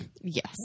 Yes